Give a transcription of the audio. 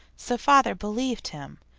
so father believed him.